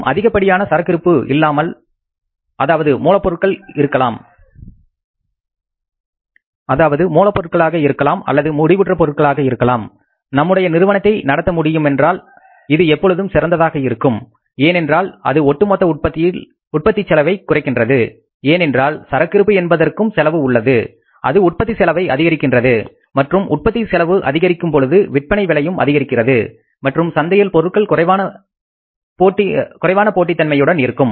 மற்றும் அதிகப்படியான சரக்கு இருப்பு இல்லாமல் அதாவது மூலப் பொருட்களாக இருக்கலாம் அல்லது முடிவுற்ற பொருட்களாக இருக்கலாம் நம்முடைய நிறுவனத்தை நடத்த முடியும் என்றால் இது எப்பொழுதும் சிறந்ததாக இருக்கும் ஏனென்றால் அது ஒட்டுமொத்த உற்பத்திச் செலவை குறைக்கின்றது ஏனென்றால் சரக்கு இருப்பு என்பதற்கும் செலவு உள்ளது அது உற்பத்தி செலவை அதிகரிக்கின்றது மற்றும் உற்பத்தி செலவு அதிகரிக்கும் பொழுது விற்பனை விலையும் அதிகரிக்கிறது மற்றும் சந்தையில் பொருட்கள் குறைவான போட்டி தன்மையுடன் இருக்கும்